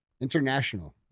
International